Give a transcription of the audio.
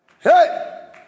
hey